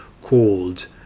called